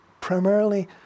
primarily